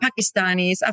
Pakistanis